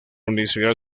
universidad